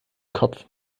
kopf